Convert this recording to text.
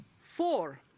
Four